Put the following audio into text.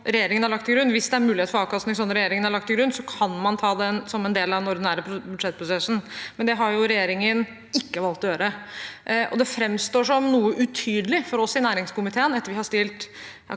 Hvis det er mulighet for avkastningsfond regjeringen har lagt til grunn, kan man ta det som en del av den ordinære budsjettprosessen, men det har regjeringen ikke valgt å gjøre. Det framstår som noe utydelig for oss i næringskomiteen etter å ha stilt